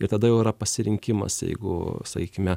ir tada jau yra pasirinkimas jeigu sakykime